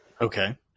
Okay